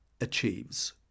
achieves